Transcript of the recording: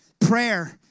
Prayer